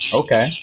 okay